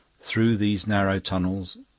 through these narrow tunnels,